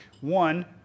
one